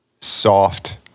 soft-